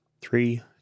three